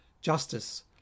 justice